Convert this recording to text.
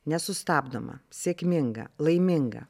nesustabdoma sėkminga laiminga